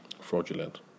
fraudulent